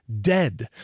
dead